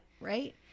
Right